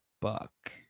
buck